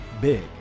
big